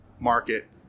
market